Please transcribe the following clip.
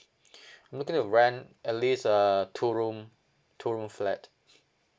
I'm looking to rent at least uh two room two room flat